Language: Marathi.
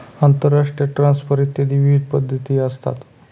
आंतरराष्ट्रीय ट्रान्सफर इत्यादी विविध पद्धती काय असतात?